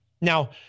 Now